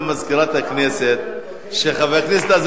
בבקשה, חבר הכנסת דוד